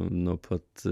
nuo pat